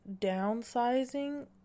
downsizing